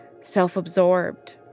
self-absorbed